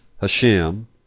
Hashem